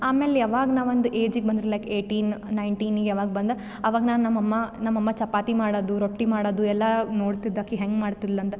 ಆಮೇಲೆ ಯಾವಾಗ ನಾವು ಒಂದು ಏಜಿಗೆ ಬಂದೆ ಲೈಕ್ ಏಟಿನ್ ನೈನ್ ಟೀನ್ ಯಾವಾಗ ಬಂದೆ ಆವಾಗ ನಾ ನಮ್ಮಮ್ಮ ನಮ್ಮಮ್ಮ ಚಪಾತಿ ಮಾಡೋದು ರೊಟ್ಟಿ ಮಾಡೋದು ಎಲ್ಲ ನೋಡ್ತಿದ್ದೆ ಆಕೆ ಹೆಂಗೆ ಮಾಡ್ತಿದ್ಳು ಅಂದು